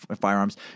firearms